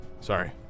sorry